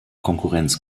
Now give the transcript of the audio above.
konkurrenz